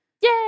Yay